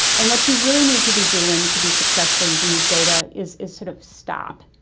and what you really need to be doing to be successful using these data is is sort of stop